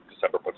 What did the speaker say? December